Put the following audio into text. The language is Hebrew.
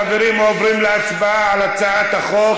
חברים, עוברים להצבעה על הצעת החוק.